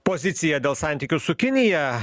pozicija dėl santykių su kinija